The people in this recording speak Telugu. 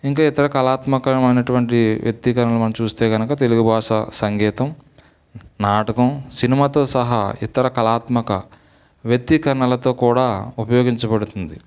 ఇంకా ఇతర కళాత్మకమయినటువంటి వ్యక్తీకరణలు మనం చూస్తే గనుక తెలుగు భాష సంగీతం నాటకం సినిమాతో సహా ఇతర కళాత్మక వ్యక్తీకరణలతో కూడా ఉపయోగించబడుతుంది